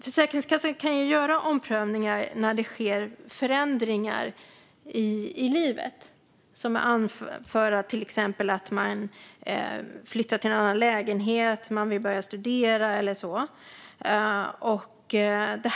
Försäkringskassan kan göra omprövningar när det sker förändringar i livet. Det kan till exempel vara att man flyttar till en annan lägenhet, att man börjar studera eller något sådant.